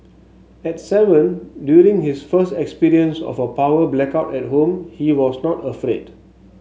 at seven during his first experience of a power blackout at home he was not afraid